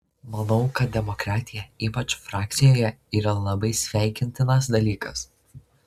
manau kad demokratija ypač frakcijoje yra labai sveikintinas dalykas